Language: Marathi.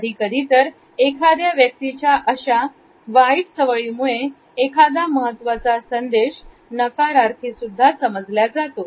कधीकधी एखाद्या व्यक्तीच्या अशा सवयीमुळे एखादा महत्त्वाचा संदेश नकारार्थी समजल्या जातो